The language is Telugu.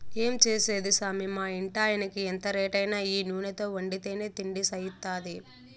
ఏం చేసేది సామీ మా ఇంటాయినకి ఎంత రేటైనా ఈ నూనెతో వండితేనే తిండి సయిత్తాది